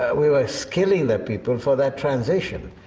we were skilling the people for that transition.